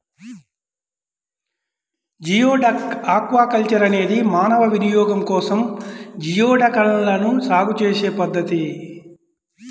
geoduck aquaculture అనేది మానవ వినియోగం కోసం జియోడక్లను సాగు చేసే పద్ధతి